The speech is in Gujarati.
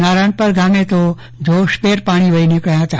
નારાણપર ગામે તો જોશભેર પાણી વહી નીકળ્યા હતા